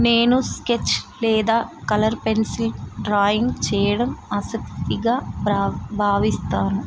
నేను స్కెచ్ లేదా colour pencil drawing చేయడం ఆసక్తిగా భా భావిస్తాను